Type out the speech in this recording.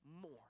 more